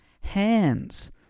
Hands